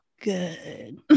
good